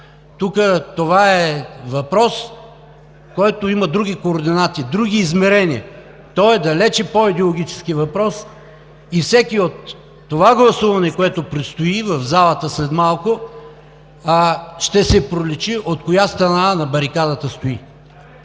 а е въпрос, който има други координати, други измерения. Той е далеч по идеологически и от всеки – от гласуването, което предстои в залата след малко, ще си проличи от коя страна на барикадата стои.